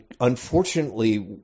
unfortunately